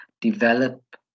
develop